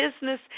business